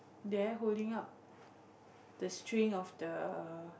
there holding up the string of the